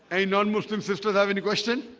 a non-muslim sisters have any question